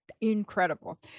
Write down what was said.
Incredible